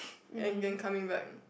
and then coming back